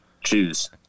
choose